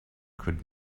could